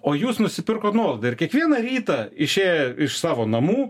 o jūs nusipirkot nuolaidą ir kiekvieną rytą išėję iš savo namų